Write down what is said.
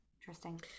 Interesting